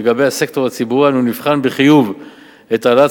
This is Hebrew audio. לגבי הסקטור הציבורי אנו נבחן בחיוב את העלאת